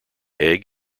egg